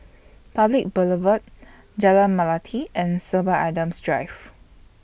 Public Boulevard Jalan Melati and Sorby Adams Drive